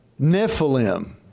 nephilim